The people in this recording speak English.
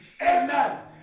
Amen